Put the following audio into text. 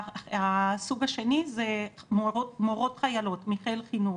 הסוג השני זה מורות חיילות מחיל חינוך,